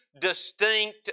distinct